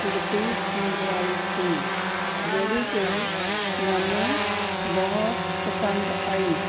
ਕੁੜਤੀ ਮੰਗਵਾਈ ਸੀ ਜਿਹੜੀ ਕਿ ਮੈਨੂੰ ਬਹੁਤ ਪਸੰਦ ਆਈ